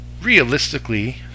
realistically